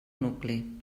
nucli